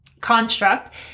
construct